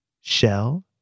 Shell